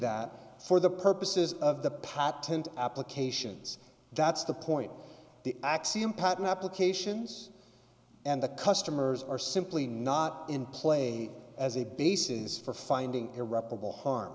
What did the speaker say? that for the purposes of the patent applications that's the point the axiom patent applications and the customers are simply not in play as a basis for finding irreparable harm